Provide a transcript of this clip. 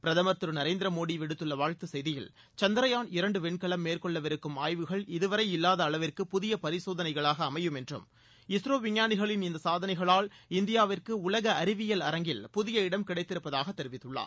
பிரதமர் திரு நரேந்திர மோடி விடுத்துள்ள வாழ்த்து செய்தியில் சந்திரயான் இரண்டு விண்கலம் மேற்கொள்ளவிருக்கும் ஆய்வுகள் இதுவரை இல்லாத அளவிற்கு புதிய பரிசோதனைகளாக அமையும் என்றும் இஸ்ரோ விஞ்ஞானிகளின் இந்த சாதனைகளால் இந்தியாவிற்கு உலக அறிவியல் அரங்கில் புதிய இடம் கிடைத்திருப்பதாக தெரிவித்துள்ளார்